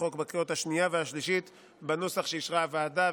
החוק בקריאות השנייה והשלישית בנוסח שאישרה הוועדה.